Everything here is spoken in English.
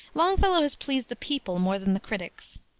longfellow has pleased the people more than the critics.